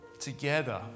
together